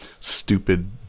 stupid